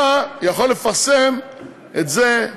אתה יכול לפרסם את זה,